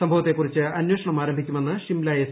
സംഭവത്തെക്കുറിച്ച് അന്വേഷണം ആരംഭിച്ചെന്ന് ഷിംല എസ്